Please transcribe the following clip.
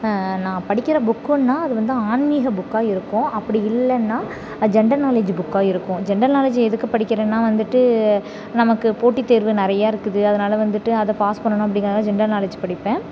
நான் படிக்கிற புக்குனால் அது வந்து ஆன்மீக புக்காக இருக்கும் அப்படி இல்லைனா ஜென்ரல் நாலெட்ஜ் புக்காக இருக்கும் ஜென்ரல் நாலெட்ஜ் எதுக்கு படிக்கிறேனா வந்துட்டு நமக்கு போட்டி தேர்வு நிறையா இருக்குது அதனால் வந்துட்டு அதை பாஸ் பண்ணணும் அப்படிங்கிறதுனால ஜென்ரல் நாலெட்ஜ் படிப்பேன்